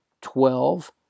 twelve